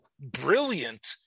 brilliant